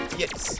yes